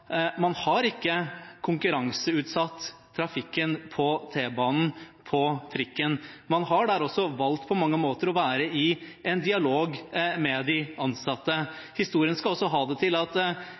man har ikke konkurranseutsatt trafikken på T-banen eller på trikken. Man har også der på mange måter valgt å være i en dialog med de ansatte. Historien skal også ha det til at